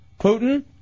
Putin